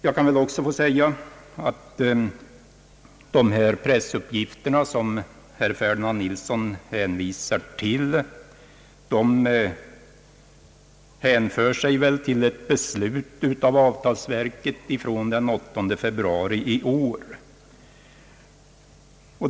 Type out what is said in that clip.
Det må väl också tillåtas mig att näm na att de pressuppgifter, som herr Ferdinand Nilsson åberopar, synes hänföra sig till ett beslut av av talsverket från den 18 februari i år.